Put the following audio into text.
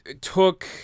took